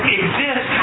exist